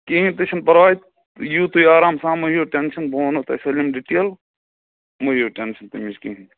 کِہیٖنۍ تُہۍ چھُنہٕ پَرواے یِیِو تُہۍ آرام سان مَہ ہیٚیِو ٹٮ۪نٛشن بہٕ ونہو تۄہہِ سٲلِم ڈِٹیل مٔہ ہیٚیِو ٹ۪نٛشن تَمِچ کِہیٖنۍ